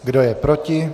Kdo je proti?